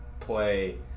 play